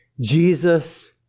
Jesus